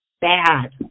bad